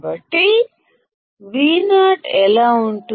కాబట్టి Vo ఏమిటీ